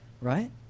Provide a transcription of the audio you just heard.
right